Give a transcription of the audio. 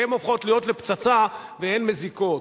הן הופכות להיות לפצצה והן מזיקות.